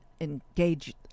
engage